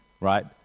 right